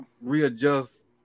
readjust